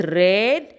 red